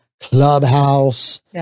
clubhouse